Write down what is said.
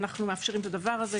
אנחנו מאפשרים את הדבר הזה.